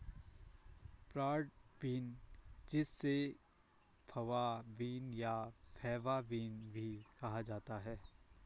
broad bean जिसे fava bean या faba bean भी कहा जाता है